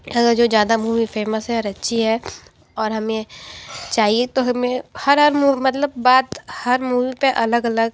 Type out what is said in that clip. अगर जो ज़्यादा मूवी फ़ेमस है और अच्छी है और हमें चाहिये तो हमें हर हर मूवी मतलब बात हर मूवी पे अलग अलग